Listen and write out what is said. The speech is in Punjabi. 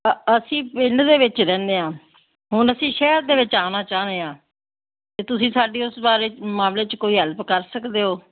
ਅਸੀਂ ਪਿੰਡ ਦੇ ਵਿੱਚ ਰਹਿੰਦੇ ਹਾਂ ਹੁਣ ਅਸੀਂ ਸ਼ਹਿਰ ਦੇ ਵਿੱਚ ਆਉਣਾ ਚਾਹੁੰਦੇ ਹਾਂ ਅਤੇ ਤੁਸੀਂ ਸਾਡੀ ਉਸ ਬਾਰੇ ਮਾਮਲੇ 'ਚ ਕੋਈ ਹੈਲਪ ਕਰ ਸਕਦੇ ਹੋ